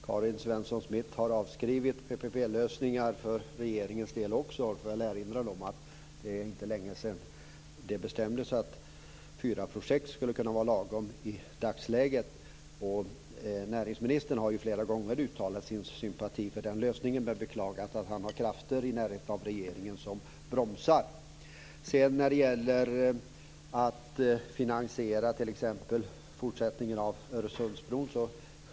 Fru talman! Det låter som om Karin Svensson Smith har avskrivit PPP-lösningar för regeringens del också. Jag får väl erinra om att det inte var länge sedan det bestämdes att det skulle kunna vara lagom med fyra projekt i dagsläget. Näringsministern har flera gånger uttalat sin sympati för den lösningen, men han har beklagat att det finns krafter i närheten av regeringen som bromsar. Självfallet återstår det en hel del att ta in i fråga om finansieringen av Öresundsbron.